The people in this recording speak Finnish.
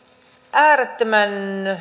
äärettömän